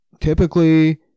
typically